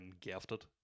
gifted